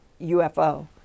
UFO